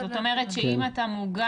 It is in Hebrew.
זאת אומרת שאם אתה מוגן,